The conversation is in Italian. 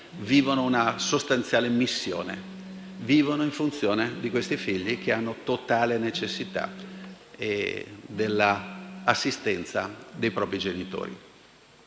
vivono una missione: vivono in funzione di questi figli che hanno totale necessità dell'assistenza dei propri genitori.